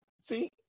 See